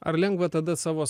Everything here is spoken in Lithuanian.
ar lengva tada savo